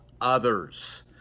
others